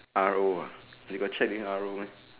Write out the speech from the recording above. R_O ah they got check this R_O meh